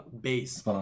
base